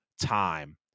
time